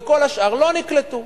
וכל השאר לא נקלטו.